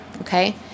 okay